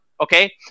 okay